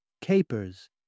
capers